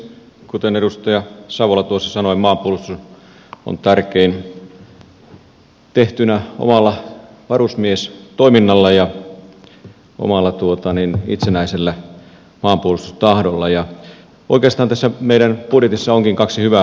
kuten edustaja savola tuossa sanoi maanpuolustus on tärkein tehtynä omalla varusmiestoiminnalla ja omalla itsenäisellä maanpuolustustahdolla ja oikeastaan tässä meidän budjetissamme onkin kaksi hyvää pointtia